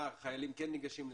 כמה חיילים כן ניגשים לזה?